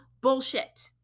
bullshit